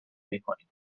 میکنیم